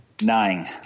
Nine